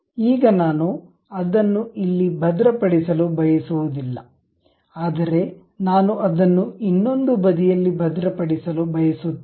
ಈಗ ನಾನು ಅದನ್ನು ಇಲ್ಲಿ ಭದ್ರಪಡಿಸಲು ಬಯಸುವುದಿಲ್ಲ ಆದರೆ ನಾನು ಅದನ್ನು ಇನ್ನೊಂದು ಬದಿಯಲ್ಲಿ ಭದ್ರಪಡಿಸಲು ಬಯಸುತ್ತೇನೆ